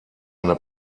eine